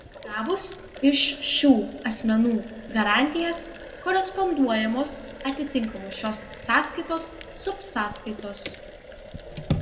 gavus iš šių asmenų garantijas koresponduojamos atitinkamos šios sąskaitos subsąskaitos